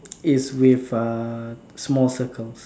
it's with uh small circles